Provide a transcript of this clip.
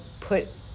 put